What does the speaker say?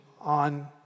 on